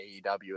AEW